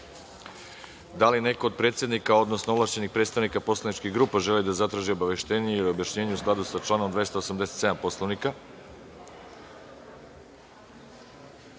li neko od predsednika, odnosno ovlašćenih predstavnika poslaničkih grupa želi da zatraži obaveštenje ili objašnjenje u skladu sa članom 287. Poslovnika? Reč